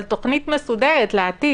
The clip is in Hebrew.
צריך להכין תכנית מסודרת לעתיד,